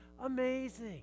amazing